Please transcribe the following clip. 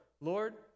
Lord